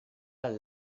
las